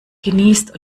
geniest